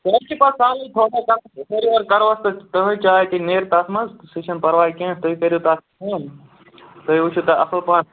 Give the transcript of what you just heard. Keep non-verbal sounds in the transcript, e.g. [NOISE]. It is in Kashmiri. سُہ حظ چھِ پت سہلٕے تھوڑا [UNINTELLIGIBLE] کَروس تہٕ تٕہٕنٛز چاے تہِ نیرِ تَتھ منٛز سُہ چھِنہٕ پرواے کیٚنٛہہ تُہۍ کٔرِو تَتھ فون تُہۍ وٕچھِو تہٕ اَصٕل پَہم